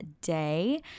day